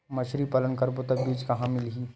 मछरी पालन करबो त बीज कहां मिलही?